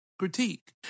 Critique